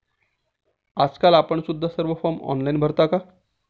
आजकाल आपण सुद्धा सर्व फॉर्म ऑनलाइन भरता का?